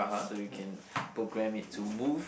so you can program it to move